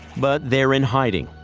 but they're in hiding,